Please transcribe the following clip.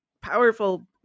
powerful